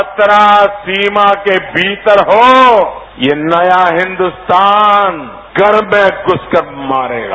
खतरा सीमा के भीतर हो ये नया हिन्दुस्तान घर में घुसकर मारेगा